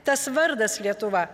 tas vardas lietuva